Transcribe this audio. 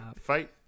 fight